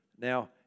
Now